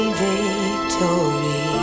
victory